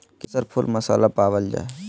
केसर फुल मसाला पावल जा हइ